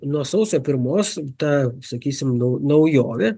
nuo sausio pirmos ta sakysim nau naujovė